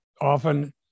often